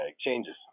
changes